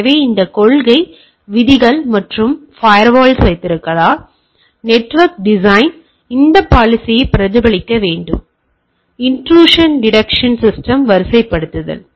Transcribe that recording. எனவே இந்த கொள்கை விதிகள் மற்றும் ஃபயர்வால்களை வைத்திருந்தால் நெட்வொர்க் டிசைன் இந்தக் பாலிசியை பிரதிபலிக்க வேண்டும் இன்ட்ரூசன் டிடெக்ஷன் சிஸ்டம்களின் வரிசைப்படுத்தல்